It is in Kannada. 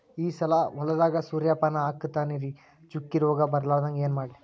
ಈ ಸಲ ಹೊಲದಾಗ ಸೂರ್ಯಪಾನ ಹಾಕತಿನರಿ, ಚುಕ್ಕಿ ರೋಗ ಬರಲಾರದಂಗ ಏನ ಮಾಡ್ಲಿ?